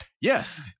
Yes